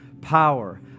power